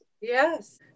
Yes